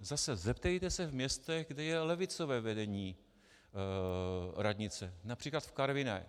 Zase zeptejte se v městech, kde je levicové vedení radnice, například v Karviné.